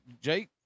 Jake